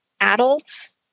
adults